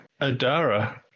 Adara